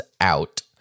out